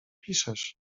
piszesz